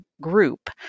group